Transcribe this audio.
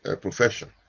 profession